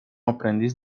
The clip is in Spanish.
aprendiz